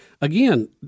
again